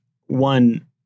one